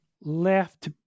left